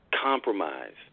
compromise